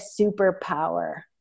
superpower